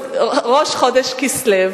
לא רכוש זרים כבשנו,